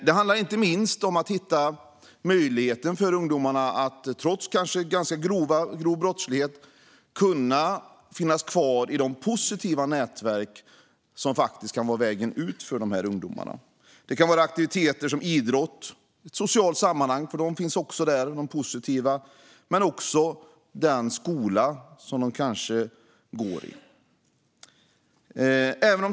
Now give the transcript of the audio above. Det handlar inte minst om att hitta möjligheten för ungdomarna att trots kanske ganska grov brottslighet få finnas kvar i de positiva nätverk som kan vara vägen ut för dem. Det kan vara aktiviteter som idrott och positiva sociala sammanhang - sådana finns också - och skolan som de går i.